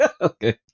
Okay